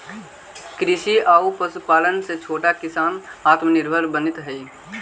कृषि आउ पशुपालन से छोटा किसान आत्मनिर्भर बनित हइ